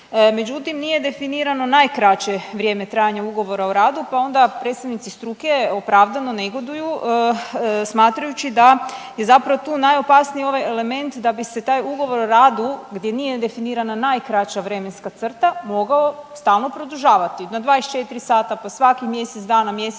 međutim nije definirano najkraće vrijeme trajanja ugovora o radu pa onda predstavnici struke opravdano negoduju smatrajući da je zapravo tu najopasniji ovaj element da bi se taj ugovor o radu gdje nije definirana najkraća vremenska crta mogao stalno produžavati na 24 sata, pa svakih mjesec dana, mjesec